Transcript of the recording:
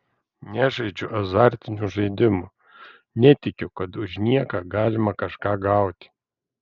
nežaidžiu azartinių žaidimų netikiu kad už nieką galima kažką gauti